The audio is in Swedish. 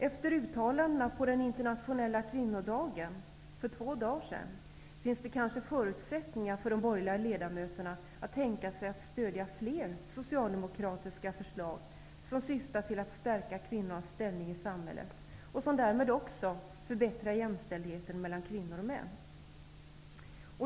Efter uttalandena på internationella kvinnodagen för två dagar sedan finns det kanske förutsättningar för de borgerliga ledamöterna att tänka sig att stödja fler socialdemokratiska förslag som syftar till att stärka kvinnornas ställning i samhället och som därmed också förbättrar jämställdheten mellan kvinnor och män.